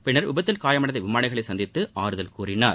பின்னர் விபத்தில் காயமடைந்த விமானிகளை சந்தித்து ஆறுதல் கூறினார்